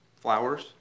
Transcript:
flowers